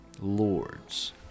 Lords